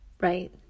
Right